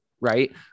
Right